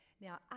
Now